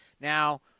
Now